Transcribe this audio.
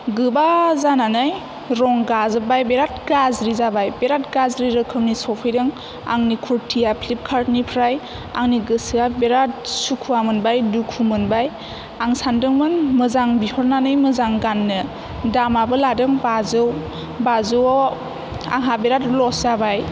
गोबा जानानै रं गाजोबबाय बिराथ गाज्रि जाबाय बिराथ गाज्रि रोखोमनि सफैदों आंनि खुरथिया फ्लिपकार्त निफ्राय आंनि गोसोया बिराथ सुखुआ मोनबाय दुखु मोनबाय आं सान्दोंमोन मोजां बिहरनानै मोजां गाननो दामाबो लादों बाजौ बाजौआव आंहा बिराथ लस जाबाय